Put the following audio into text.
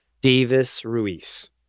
Davis-Ruiz